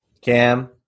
Cam